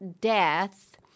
death